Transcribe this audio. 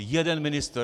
Jeden ministr.